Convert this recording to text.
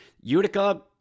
Utica